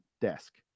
desk